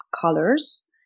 colors